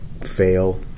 fail